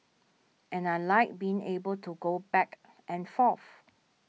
and I like being able to go back and forth